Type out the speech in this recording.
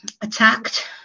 attacked